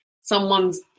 someone's